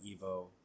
Evo